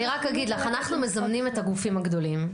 אגיד לך: אנחנו מזמנים את הגופים הגדולים,